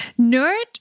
Nerd